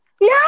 No